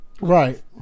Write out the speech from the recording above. Right